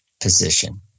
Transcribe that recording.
position